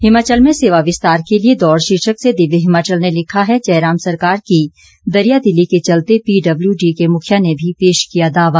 हिमाचल में सेवा विस्तार के लिए दौड़ शीर्षक से दिव्य हिमाचल ने लिखा है जयराम सरकार की दरियादिली के चलते पीडब्ल्यूडी के मुखिया ने भी पेश किया दावा